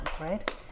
Right